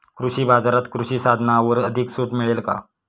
कृषी बाजारात कृषी साधनांवर अधिक सूट मिळेल का?